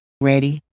ready